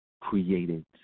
created